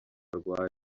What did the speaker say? arwaye